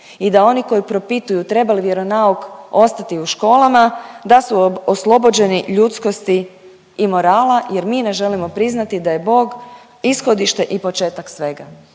i da oni koji propituju treba li vjeronauk ostati u školama, da su oslobođeni ljudskosti i morala jer mi ne želimo priznati da je Bog ishodište i početak svega.